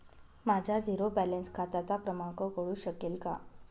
माझ्या zero balance खात्याचा क्रमांक कळू शकेल का?